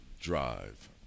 drive